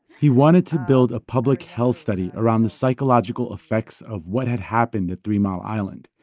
he wanted to build a public health study around the psychological effects of what had happened at three mile island.